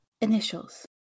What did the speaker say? initials